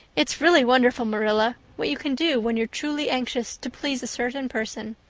it's really wonderful, marilla, what you can do when you're truly anxious to please a certain person.